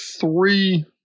three